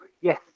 yes